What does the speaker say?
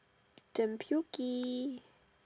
damn pokey